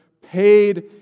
paid